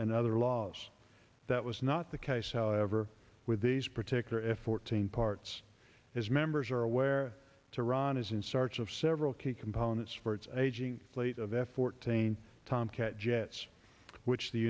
and other laws that was not the case however with these particular f fourteen parts as members are aware to ron is in search of several key components for its aging fleet of f fourteen tomcat jets which the